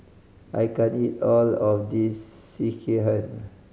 I can't eat all of this Sekihan